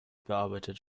bearbeitet